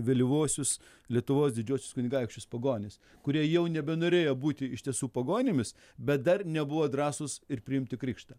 vėlyvuosius lietuvos didžiuosius kunigaikščius pagonis kurie jau nebenorėjo būti iš tiesų pagonimis bet dar nebuvo drąsūs ir priimti krikštą